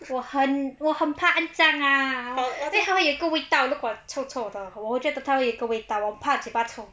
我很我很怕肮脏啊因为它会有一个味道如果臭臭的我觉得他有一个味道我很怕嘴巴臭